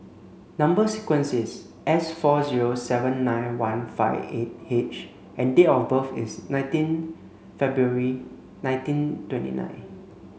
number sequence is S four zero seven nine one five eight H and date of birth is nineteen February nineteen twenty nine